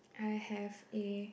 I have the